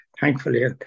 thankfully